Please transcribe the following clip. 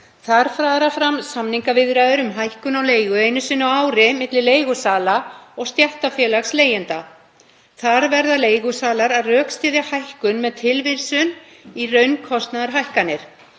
Þar fara fram samningaviðræður um hækkun á leigu einu sinni á ári milli leigusala og stéttarfélags leigjenda. Þar verða leigusalar að rökstyðja hækkun með tilvísun í raunkostnaðarhækkanir.